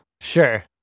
Sure